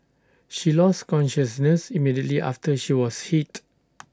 she lose consciousness immediately after she was hit